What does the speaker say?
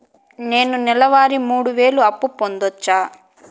నేను నెల వారి మూడు వేలు అప్పు పొందవచ్చా?